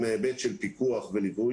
מן ההיבט של פיקוח וליווי,